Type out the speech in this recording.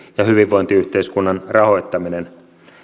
ja hyvinvointiyhteiskunnan rahoittaminen